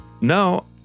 no